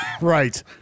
Right